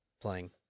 playing